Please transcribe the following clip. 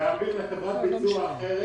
להעביר לחברת ביצוע אחרת,